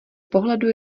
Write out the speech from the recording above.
pohledu